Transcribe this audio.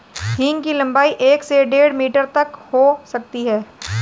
हींग की लंबाई एक से डेढ़ मीटर तक हो सकती है